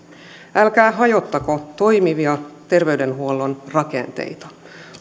älkää hajottako toimivia terveydenhuollon rakenteita